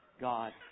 God